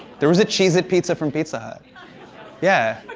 there was a cheez-it pizza from pizza yeah.